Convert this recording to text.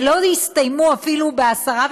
ולא יסתיימו אפילו ב-10,